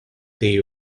they